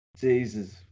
Jesus